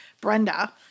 Brenda